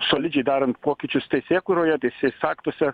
solidžiai darant pokyčius teisėkūroje teisės aktuose